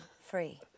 free